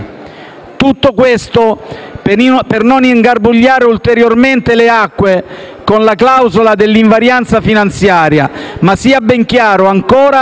Tutto questo per non ingarbugliare ulteriormente le acque con la clausola dell'invarianza finanziaria, ma - sia ben chiaro - va